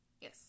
Yes